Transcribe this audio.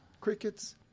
Crickets